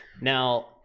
Now